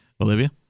Olivia